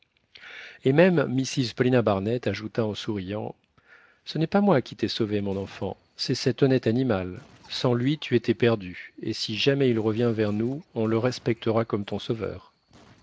et même mrs paulina barnett ajouta en souriant ce n'est pas moi qui t'ai sauvée mon enfant c'est cet honnête animal sans lui tu étais perdue et si jamais il revient vers nous on le respectera comme ton sauveur